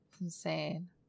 insane